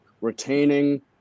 retaining